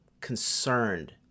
concerned